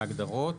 בהגדרות,